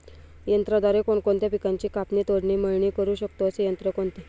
यंत्राद्वारे कोणकोणत्या पिकांची कापणी, तोडणी, मळणी करु शकतो, असे यंत्र कोणते?